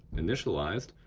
initialized.